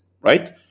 right